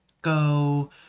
go